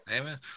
Amen